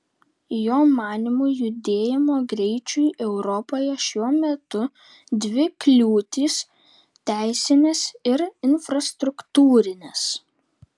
jo manymu judėjimo greičiui europoje šiuo metu dvi kliūtys teisinės ir infrastruktūrinės